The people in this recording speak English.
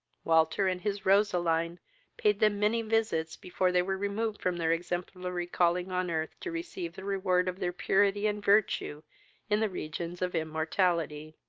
walter and his roseline paid them many visits before they were removed from their exemplary calling on earth to receive the reward of their purity and virtue in the regions of immortality.